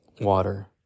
water